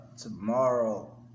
Tomorrow